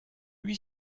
lui